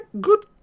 Good